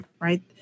Right